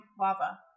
lava